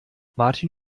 martin